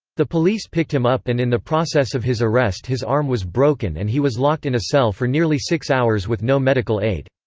the police picked him up and in the process of his arrest his arm was broken and he was locked in a cell for nearly six hours with no medical aid.